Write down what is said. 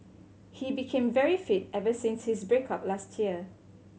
he became very fit ever since his break up last year